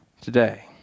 today